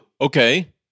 Okay